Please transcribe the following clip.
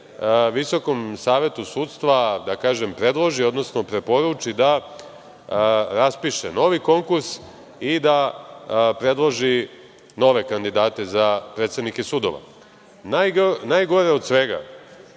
Visokom savetu sudstva, da kažem, predloži, odnosno preporuči da raspiše novi konkurs i da predloži nove kandidate za predsednike sudova. Najgore od svega,